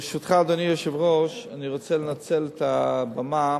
ברשותך, אדוני היושב-ראש, אני רוצה לנצל את הבמה